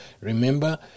Remember